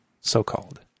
so-called